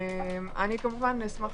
אשמח